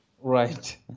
Right